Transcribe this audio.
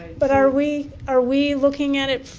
but are we are we looking at it?